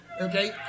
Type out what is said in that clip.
Okay